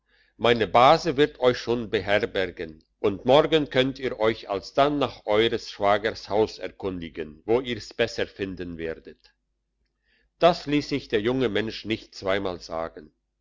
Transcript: meine base wird euch schon beherbergen und morgen könnt ihr euch alsdann nach eures schwagers haus erkundigen wo ihr's besser finden werdet das liess sich der junge mensch nicht zweimal sagen